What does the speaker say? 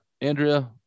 Andrea